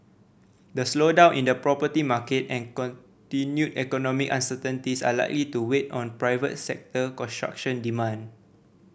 the slowdown in the property market and continued economic uncertainties are likely to weigh on private sector construction demand